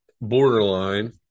Borderline